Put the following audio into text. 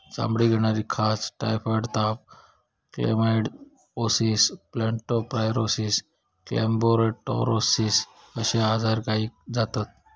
चामडीक येणारी खाज, टायफॉइड ताप, क्लेमायडीओसिस, लेप्टो स्पायरोसिस, कॅम्पलोबेक्टोरोसिस अश्ये आजार गायीक जातत